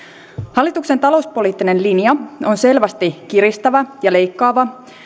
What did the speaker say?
hallituksen talouspoliittinen linja on selvästi kiristävä ja leikkaava